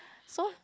so